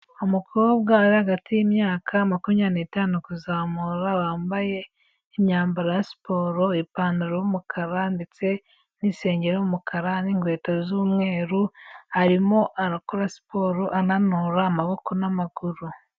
Umukobwa uri hagati y'imyaka makumyabiri n'itanu kuzamura, wambaye imyambaro ya siporo, ipantaro y'umukara, ndetse n'isengeri y'umukara n'inkweto z'umweru. Arimo arakora siporo ananura amaboko n'amaguru.